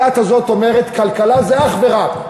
הדת הזאת אומרת: כלכלה זה אך ורק צמיחה,